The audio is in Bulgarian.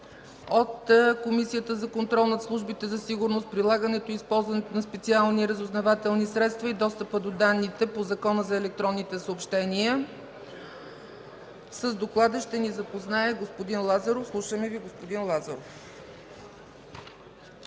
от Комисията за контрол над службите за сигурност, прилагането и използването на специални разузнавателни средства и достъпа до данните по Закона за електронните съобщения. С доклада ще ни запознае господин Лазаров. Слушаме Ви, господин Лазаров.